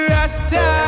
Rasta